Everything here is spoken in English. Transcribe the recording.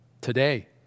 Today